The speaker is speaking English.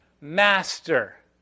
Master